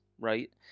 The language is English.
right